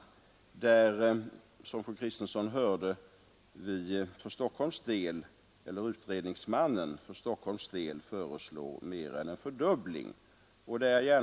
Som fru Kristensson hörde föreslår utredningsmannen på denna punkt mer än en fördubbling för Stockholms del.